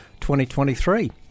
2023